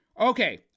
Okay